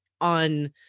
on